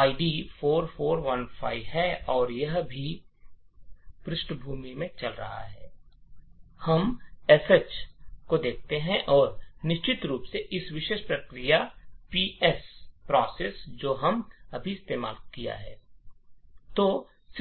ID ४४१५ है और यह अभी भी पृष्ठभूमि में चल रहा है हम श है और निश्चित रूप से इस विशेष प्रक्रिया पीएस जो हम अभी इस्तेमाल किया है